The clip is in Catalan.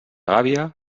gàbia